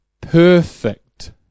Perfect